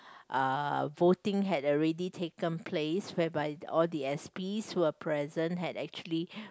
uh voting had already taken place whereby all the s_p were present had actually